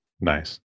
Nice